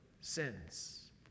sins